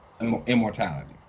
Immortality